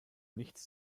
nichts